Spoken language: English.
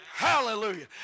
Hallelujah